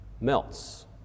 melts